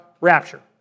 rapture